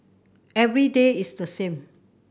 every day is the same